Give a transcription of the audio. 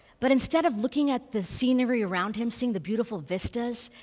but instead of looking at the scenery around him, seeing the beautiful vistas,